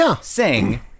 sing